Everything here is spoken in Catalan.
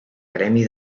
gremi